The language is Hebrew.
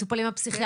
פרופ'